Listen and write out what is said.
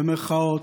במירכאות,